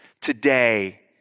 today